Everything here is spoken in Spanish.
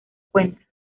cuenta